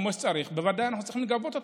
כמו שצריך, בוודאי שאנחנו צריכים לגבות אותו,